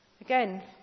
Again